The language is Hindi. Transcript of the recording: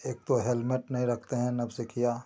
एक तो हेलमेट नहीं रखते हैं नवसिखिया